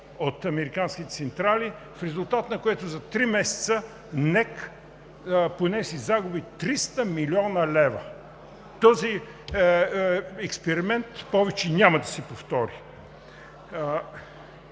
от американските централи, в резултат на което за три месеца НЕК понесе загуби от 300 млн. лв. Този експеримент повече няма да се повтори!